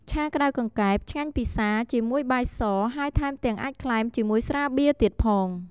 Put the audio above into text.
ឆាក្ដៅកង្កែប ឆ្ងាញ់ពិសាជាមួយបាយស ហើយថែមទាំងអាចក្លែមជាមួយស្រាបៀរទៀតផង។